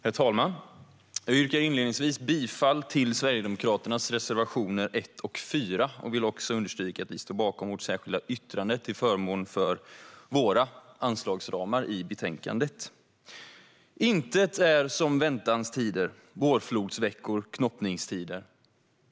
Herr talman! Jag yrkar inledningsvis bifall till Sverigedemokraternas reservationer 1 och 4 och vill också understryka att vi står bakom vårt särskilda yttrande till förmån för våra anslagsramar i betänkandet. "Intet är som väntanstider, vårflodsveckor, knoppningstider."